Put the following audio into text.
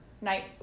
night